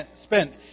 spent